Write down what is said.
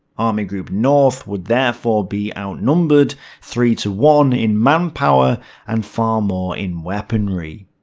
army group north would therefore be outnumbered three to one in manpower and far more in weaponry.